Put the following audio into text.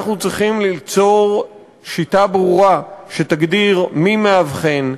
אנחנו צריכים ליצור שיטה ברורה שתגדיר מי מאבחן,